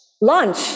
Lunch